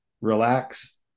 relax